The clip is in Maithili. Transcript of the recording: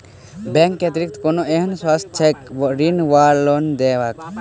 बैंक केँ अतिरिक्त कोनो एहन व्यवस्था छैक ऋण वा लोनदेवाक?